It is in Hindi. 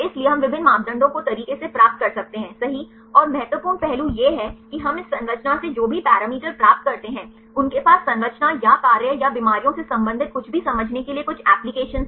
इसलिए हम विभिन्न मापदंडों को तरीके से प्राप्त कर सकते हैं सहीऔर महत्वपूर्ण पहलू यह है कि हम इस संरचना से जो भी पैरामीटर प्राप्त करते हैं उनके पास संरचना या कार्य या बीमारियों से संबंधित कुछ भी समझने के लिए कुछ एप्लिकेशन हैं